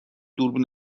دوربین